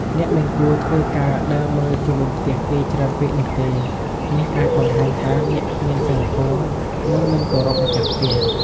អ្នកមិនគួរធ្វើការដើរមើលជុំវិញផ្ទះគេច្រើនពេកនោះទេ នេះអាចបង្ហាញថាអ្នកគ្មានសីលធម៌ និង មិនគោរពម្ចាស់ផ្ទះ។